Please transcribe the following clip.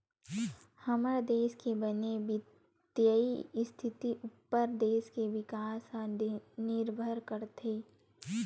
हमर देस के बने बित्तीय इस्थिति उप्पर देस के बिकास ह निरभर करथे